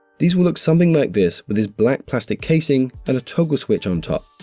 these will look something like this with is black plastic casing and a toggle switch on top.